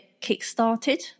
kick-started